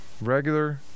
regular